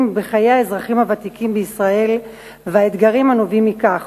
בחיי האזרחים הוותיקים בישראל והאתגרים הנובעים מכך.